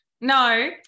No